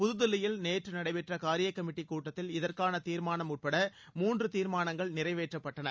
புதுதில்லியில் நேற்று நடைபெற்ற காரிய கமிட்டி கூட்டத்தில் இதற்கான தீர்மானம் உட்பட மூன்று தீர்மானங்கள் நிறைவேற்றப்பட்டன